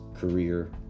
career